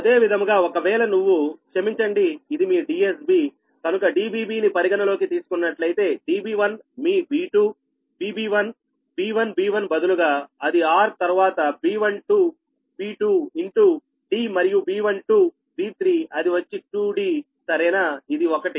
అదే విధముగా క్షమించండి ఇది మీ DSB కనుక dbb ని పరిగణలోకి తీసుకున్నట్లయితే db1 మీ b2 bb1 b1b1 బదులుగా అది r తరువాత b1 to b2 in two d మరియు b1 టు b3 అది వచ్చి2d సరేనా ఇది ఒకటి